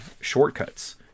shortcuts